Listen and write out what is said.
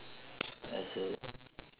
as a